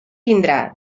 vindrà